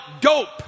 dope